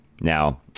Now